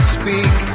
speak